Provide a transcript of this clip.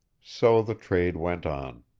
so the trade went on.